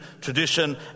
tradition